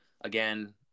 again